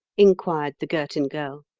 inquired the girton girl.